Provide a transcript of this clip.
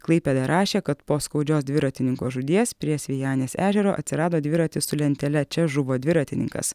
klaipėda rašė kad po skaudžios dviratininko žūties prie sėjanės ežero atsirado dviratis su lentele čia žuvo dviratininkas